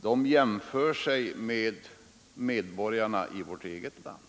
utan jämför sig med de andra medborgarna i vårt eget land.